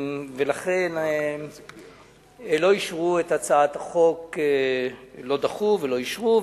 לכן, לא אישרו את הצעת החוק, לא דחו ולא אישרו.